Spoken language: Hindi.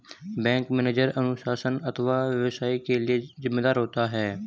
बैंक मैनेजर अनुशासन अथवा व्यवसाय के लिए जिम्मेदार होता है